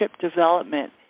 development